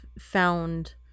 found